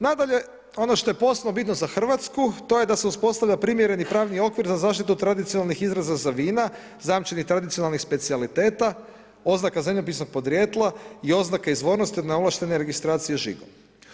Nadalje ono što je posebno bitno za Hrvatsku to je da se uspostavlja primjereni pravni okvir za zaštitu od tradicionalnih izraza za vina, zajamčenih tradicionalnih specijaliteta, oznaka zemljopisnog podrijetla i oznaka izvornosti na ovlaštene registracije žiga.